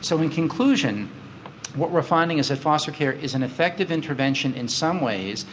so in conclusion what we're finding is that foster care is an effective intervention in some ways